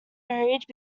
varied